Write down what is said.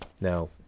Now